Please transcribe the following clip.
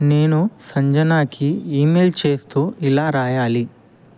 నేను సంజనాకి ఈమెయిల్ చేస్తూ ఇలా రాయాలి